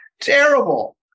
terrible